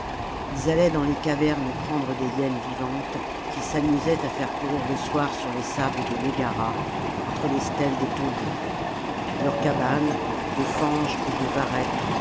ils allaient dans les cavernes prendre des hyènes vivantes qu'ils s'amusaient à faire courir le soir sur les sables de mégara entre les stèles des tombeaux leurs cabanes de fange et de varech